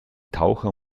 taucher